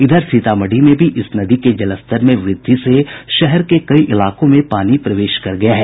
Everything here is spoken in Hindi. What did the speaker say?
इधर सीतामढ़ी में भी इस नदी के जलस्तर में वृद्धि से शहर के कई इलाकों में पानी प्रवेश कर गया है